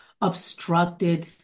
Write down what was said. obstructed